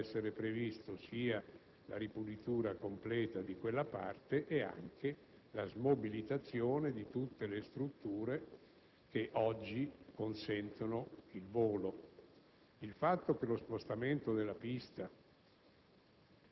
dovrà essere prevista sia la ripulitura completa di quella parte, sia la smobilitazione di tutte le strutture che oggi consentono il volo. Il fatto che lo spostamento della pista